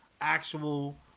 actual